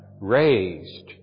raised